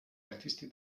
artisti